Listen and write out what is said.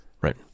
right